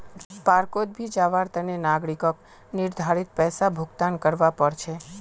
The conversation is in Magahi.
पार्कोंत भी जवार तने नागरिकक निर्धारित पैसा भुक्तान करवा पड़ छे